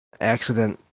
accident